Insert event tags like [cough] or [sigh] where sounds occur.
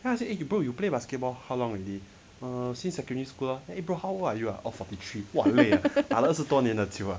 [laughs]